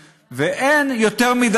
את כל הדברים האלה אנחנו יודעים,